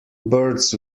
birds